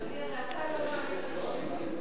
הרי אתה לא מאמין לדברים שיוצאים מהפה,